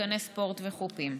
מתקני ספורט וחופים.